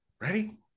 Ready